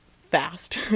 fast